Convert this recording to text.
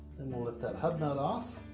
then we'll lift that hub nut off.